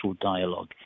dialogue